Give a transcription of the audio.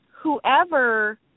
whoever